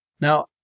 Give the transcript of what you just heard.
Now